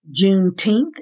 Juneteenth